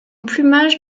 plumage